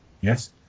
Yes